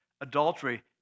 Adultery